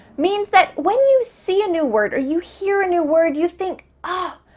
means that when you see a new word or you hear a new word, you think, ah